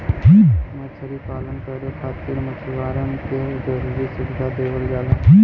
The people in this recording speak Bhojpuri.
मछरी पालन करे खातिर मछुआरन के जरुरी सुविधा देवल जाला